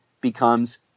becomes